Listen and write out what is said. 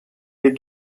des